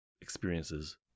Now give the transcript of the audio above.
experiences